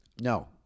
No